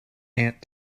aunt